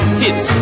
hit